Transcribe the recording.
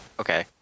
Okay